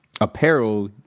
apparel